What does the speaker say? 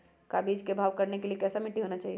का बीज को भाव करने के लिए कैसा मिट्टी होना चाहिए?